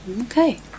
Okay